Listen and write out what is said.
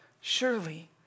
Surely